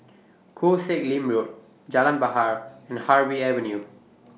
Koh Sek Lim Road Jalan Bahar and Harvey Avenue